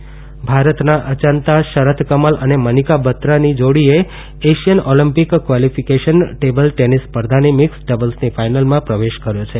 table tennis ભારતના અચાન્તા શરથ કમલ અને મનીકા બાત્રાની જોડીએ Asian Olympic qualification table tennis સ્પર્ધાની મીકસ ડબલ્સની ફાઇનલમાં પ્રવેશ કર્યો છે